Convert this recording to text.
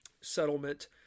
Settlement